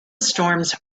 storms